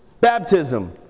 Baptism